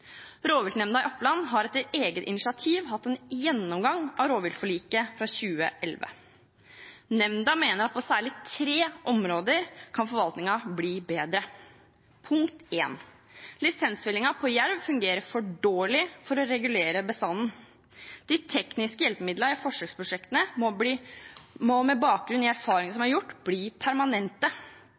Rovviltnemnda i Oppland har etter eget initiativ hatt en gjennomgang av rovviltforliket fra 2011. Nemnda mener at på særlig tre områder kan forvaltningen bli bedre. Lisensfellingen på jerv fungerer dårlig for å regulere bestanden. De tekniske hjelpemidlene i forsøksprosjektene må med bakgrunn i erfaringene som er gjort, bli permanente.